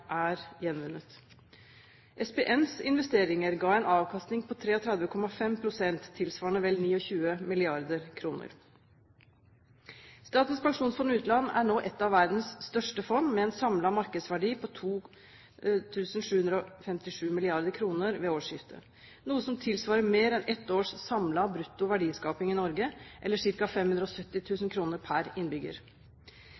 er gjenvunnet. SPNs investeringer ga en avkastning på 33,5 pst., tilsvarende vel 29 mrd. kr. Statens pensjonsfond utland er nå et av verdens største fond med en samlet markedsverdi på 2 757 mrd. kr ved årsskiftet, noe som tilsvarer mer enn ett års samlet brutto verdiskaping i Norge, eller ca. 570